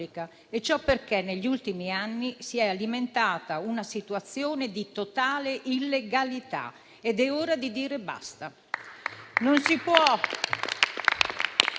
Ciò perché negli ultimi anni si è alimentata una situazione di totale illegalità ed è ora di dire basta.